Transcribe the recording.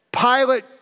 Pilate